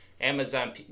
Amazon